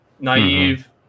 naive